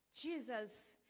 Jesus